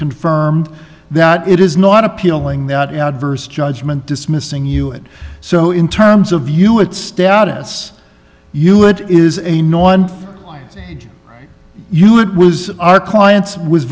confirmed that it is not appealing that adverse judgment dismissing you it so in terms of you its status you it is a no one for you it was our client's was